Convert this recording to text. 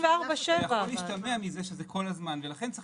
יכול להשתמע מזה שזה כל הזמן ולכן צריך